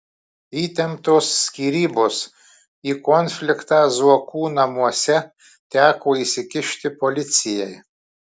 įtemptos skyrybos į konfliktą zuokų namuose teko įsikišti policijai